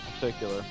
particular